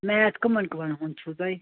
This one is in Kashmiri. میتھ کٕمَن کٕمَن ہُنٛد چھُو تۄہہِ